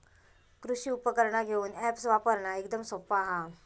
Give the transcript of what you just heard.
कृषि उपकरणा घेऊक अॅप्स वापरना एकदम सोप्पा हा